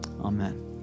Amen